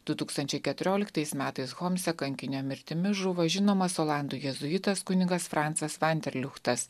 du tūkstančiai keturioliktais metais homse kankinio mirtimi žuvo žinomas olandų jėzuitas kunigas francas vanderliuchtas